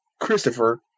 christopher